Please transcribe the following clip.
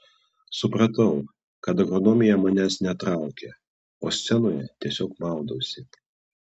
supratau kad agronomija manęs netraukia o scenoje tiesiog maudausi